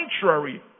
contrary